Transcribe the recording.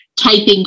typing